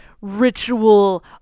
Ritual